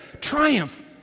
triumph